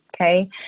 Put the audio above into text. okay